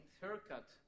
haircut